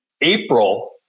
April